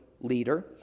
leader